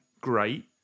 great